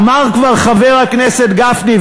אמר כבר חבר הכנסת גפני,